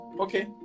okay